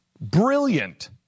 Brilliant